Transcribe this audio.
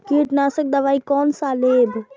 कीट नाशक दवाई कोन सा लेब?